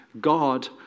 God